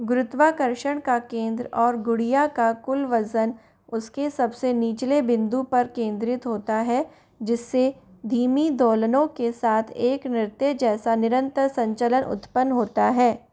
गुरुत्वाकर्षण का केंद्र और गुड़िया का कुल वज़न उसके सबसे निचले बिंदु पर केंद्रित होता है जिससे धीमी दोलनों के साथ एक नृत्य जैसा निरंतर संचलन उत्पन्न होता है